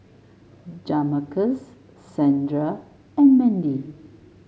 Jamarcus Sandra and Mandy